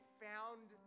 found